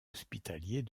hospitaliers